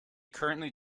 currently